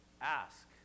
Ask